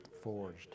forged